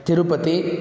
तिरुपतिः